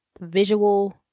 visual